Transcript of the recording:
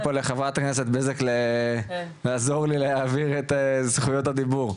אז אני נותן פה לחברת הכנסת בזק לעזור לי להעביר את זכויות הדיבור.